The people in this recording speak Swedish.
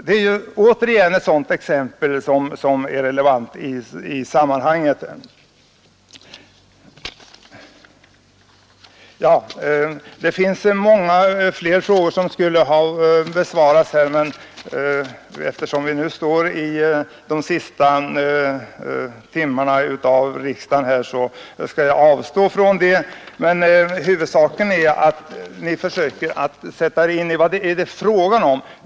Det är återigen ett sådant exempel som är relevant i sammanhanget. Det finns fler frågor som skulle ha besvarats, men eftersom vi befinner oss i det sista skedet av riksdagsarbetet, skall jag avstå från att ta upp dem. Huvudsaken är att ni försöker sätta er in i vad det är fråga om.